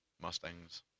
Mustangs